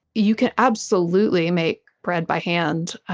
you can absolutely make bread by hand,